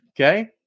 Okay